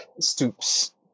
stoops